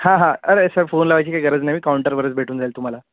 हा हा अरे सर फोन लावायची काही गरज नाही मी काउंटरवरच भेटून जाईल तुम्हाला